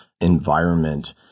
environment